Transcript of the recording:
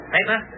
Paper